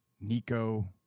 nico